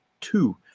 two